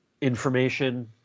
information